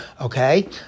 Okay